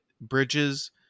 bridges